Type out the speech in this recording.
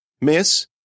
Miss